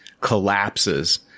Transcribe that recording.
collapses